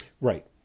Right